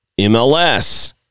MLS